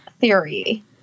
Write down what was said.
theory